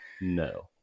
No